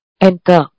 enter